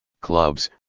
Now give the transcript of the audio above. clubs